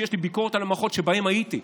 יש לי ביקורת על המערכות שבהן הייתי.